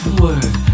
word